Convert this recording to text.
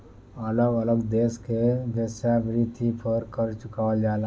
अलग अलग देश में वेश्यावृत्ति पर कर चुकावल जाला